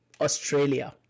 Australia